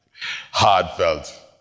heartfelt